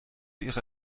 ihre